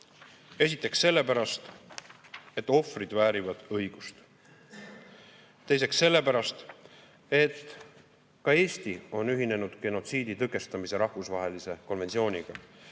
Esiteks sellepärast, et ohvrid väärivad õigust. Teiseks sellepärast, et ka Eesti on ühinenud genotsiidi tõkestamise rahvusvahelise konventsiooniga,